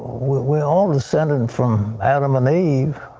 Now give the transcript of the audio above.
we are all descended from adam and eve.